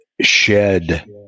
shed